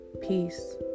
peace